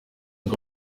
ngo